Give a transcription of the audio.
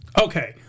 Okay